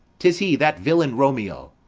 tis he, that villain romeo.